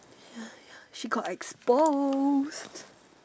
ya ya she got exposed